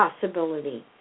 possibility